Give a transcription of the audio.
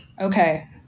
Okay